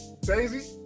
Daisy